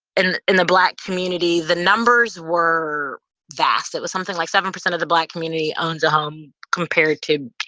and in the black community the numbers were vast. it was something like seven percent of the black community owns a home, compared to